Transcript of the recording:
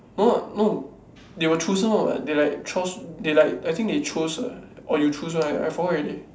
no what no they were chosen what they like chose they like I think they like choose ah or like you choose right I forgot already